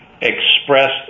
expressed